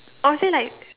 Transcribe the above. or is it like